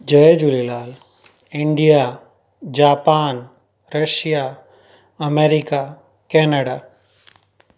Jay Jhulelal India Japan Russia America Canada